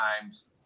times